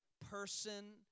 person